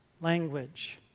language